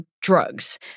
drugs